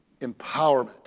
empowerment